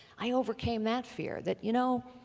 i overcame that fear, that you know,